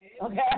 Okay